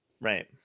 Right